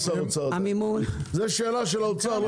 זה שאלה של האוצר.